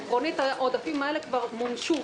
עקרונית, העודפים האלה כבר מומשו.